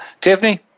Tiffany